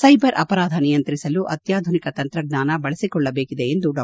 cyber ಅಪರಾಧ ನಿಯಂತ್ರಿಸಲು ಅತ್ಯಾಧುನಿಕ ತಂತ್ರಜ್ಞಾನ ಬಳಸಿಕೊಳ್ಳಬೇಕಿದೆ ಎಂದು ಡಾ